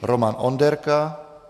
Roman Onderka: